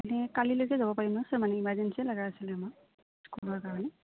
এনে কালিলৈকে যাব পাৰিম ছাৰ মানে ইমাৰ্জেঞ্চিয়ে লাগা আছিলে আমাৰ স্কুলৰ কাৰণে